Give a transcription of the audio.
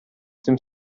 dem